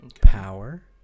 power